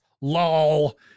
lol